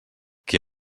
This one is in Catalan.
qui